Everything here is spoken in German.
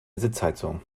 sitzheizung